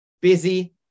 busy